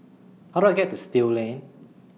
How Do I get to Still Lane